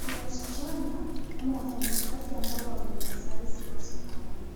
Wasichana ama wafanyakazi ambao wamevaa sare zinazofanana